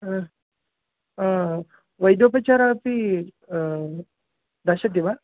हा वैद्योपचारः अपि दर्शति वा